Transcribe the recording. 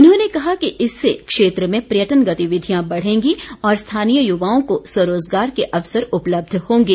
उन्होंने कहा कि इससे क्षेत्र में पर्यटन गतिविधियां बढ़े गी और स्थानीय युवाओं को स्वरोजगार के अवसर उपलब्ध होंगे